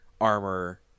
armor